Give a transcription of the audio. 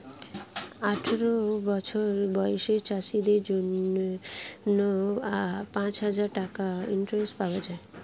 আঠারো বছর বয়সী চাষীদের জন্য পাঁচহাজার টাকার ক্রেডিট পাওয়া যায়